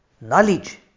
knowledge